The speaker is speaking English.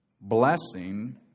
blessing